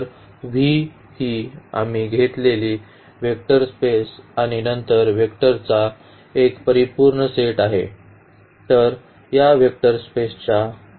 तर V ही आम्ही घेतलेली वेक्टर स्पेस आणि नंतर वेक्टरचा एक परिपूर्ण सेट आहे